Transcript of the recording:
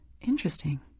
Interesting